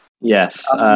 Yes